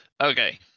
Okay